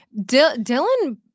Dylan